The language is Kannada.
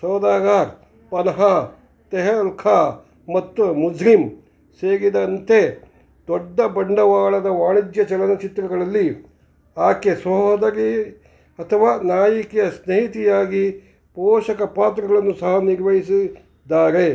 ಸೌದಾಗಾರ್ ಪನ್ಹಾ ತೆಹಲ್ಕಾ ಮತ್ತು ಮುಜ್ರಿಮ್ ಸೇರಿದಂತೆ ದೊಡ್ಡ ಬಂಡವಾಳದ ವಾಣಿಜ್ಯ ಚಲನಚಿತ್ರಗಳಲ್ಲಿ ಆಕೆ ಸಹೋದರಿ ಅಥವಾ ನಾಯಕಿಯ ಸ್ನೇಹಿತೆಯಾಗಿ ಪೋಷಕ ಪಾತ್ರಗಳನ್ನು ಸಹ ನಿರ್ವಹಿಸಿದ್ದಾರೆ